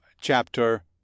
chapter